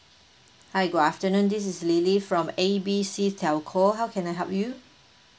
hi good afternoon this is lily from A B C telco how can I help you